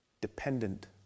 dependent